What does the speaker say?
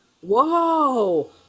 whoa